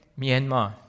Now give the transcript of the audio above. Myanmar